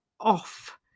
off